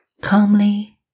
calmly